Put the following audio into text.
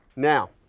now,